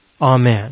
Amen